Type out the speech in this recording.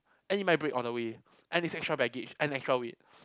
and it might break on the way and it's extra baggage and extra weight